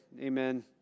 Amen